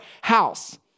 house